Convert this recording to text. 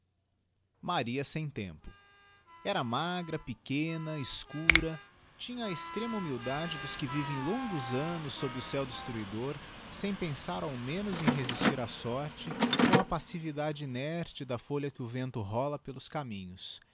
maria sem tempo era magra pequena escura tinha a extrema humildade dos que vivem longos annos sob o céu destruidor sem pensar ao menos em resistir á sorte com a passividade inerte da folha que o vento rola pelos caminhos